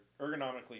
ergonomically